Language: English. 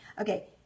Okay